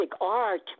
art